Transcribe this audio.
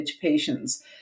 patients